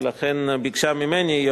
ולכן היא ביקשה ממני,